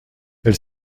elle